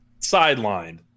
sidelined